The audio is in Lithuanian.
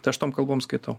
tai aš tom kalbom skaitau